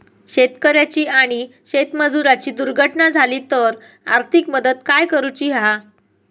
शेतकऱ्याची आणि शेतमजुराची दुर्घटना झाली तर आर्थिक मदत काय करूची हा?